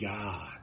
God